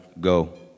go